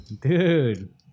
Dude